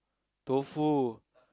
tofu